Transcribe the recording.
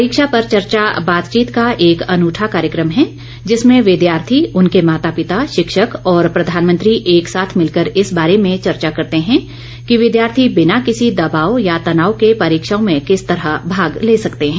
परीक्षा पर चर्चा बातचीत का एक अनुठा कार्यक्रम है जिसमें विद्यार्थी उनके माता पिता शिक्षक और प्रधानमंत्री एक साथ मिलकर इस बारे में चर्चा करते हैं कि विद्यार्थी बिना किसी दबाव या तनाव के परीक्षाओं में किस तरह भाग ले सकते हैं